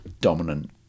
dominant